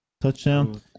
touchdown